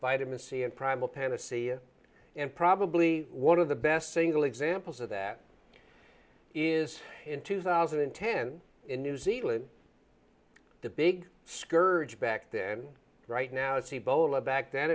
vitamin c and primal panacea and probably one of the best single examples of that is in two thousand and ten in new zealand the big scourge back then right now is he bola back then